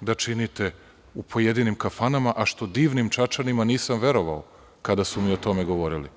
da činite u pojedinim kafanama, a što divnim Čačanima nisam verovao, kada su mi o tome govorili.